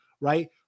right